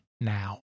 now